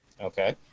Okay